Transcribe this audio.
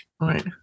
Right